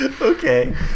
Okay